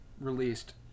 released